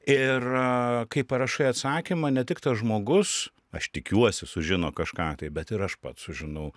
ir kai parašai atsakymą ne tik tas žmogus aš tikiuosi sužino kažką tai bet ir aš pats sužinau